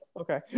Okay